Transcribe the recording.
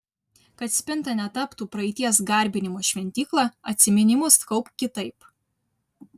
kad spinta netaptų praeities garbinimo šventykla atsiminimus kaupk kitaip